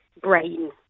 brain